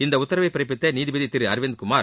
இந்த உத்தரவை பிறப்பித்த நீதிபதி திரு அரவிந்த்குமார்